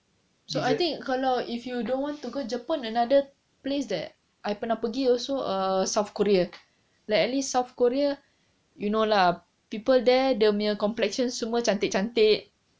so I think kalau if you don't want to go jepun another place that I pernah pergi also err south korea like at least south korea you know lah people there dia punya complexion semua cantik-cantik